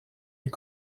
est